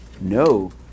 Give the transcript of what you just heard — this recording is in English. No